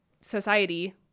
society